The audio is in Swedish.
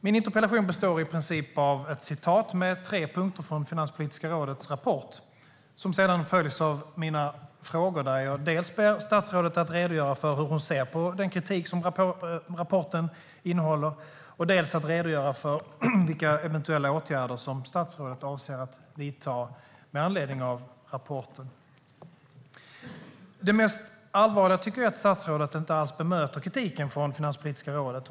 Min interpellation består i princip av ett citat med tre punkter från Finanspolitiska rådets rapport, följt av mina frågor där jag ber statsrådet att redogöra för dels hur hon ser på den kritik som rapporten innehåller, dels vilka eventuella åtgärder statsrådet avser att vidta med anledning av rapporten. Det mest allvarliga är att statsrådet inte alls bemöter kritiken från Finanspolitiska rådet.